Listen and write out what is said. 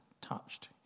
touched